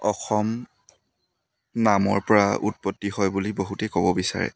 অসম নামৰ পৰা উৎপত্তি হয় বুলি বহুতে ক'ব বিচাৰে